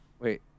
Wait